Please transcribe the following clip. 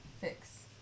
fix